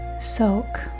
Soak